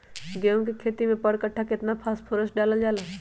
गेंहू के खेती में पर कट्ठा केतना फास्फोरस डाले जाला?